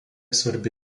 svarbi